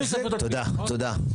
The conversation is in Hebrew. תודה, תודה.